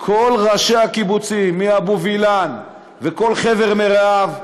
כל ראשי הקיבוצים, מאבו וילן וכל חבר מרעיו,